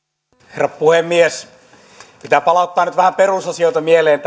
herra puhemies pitää palauttaa nyt vähän perusasioita mieleen